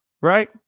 Right